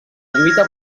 lluita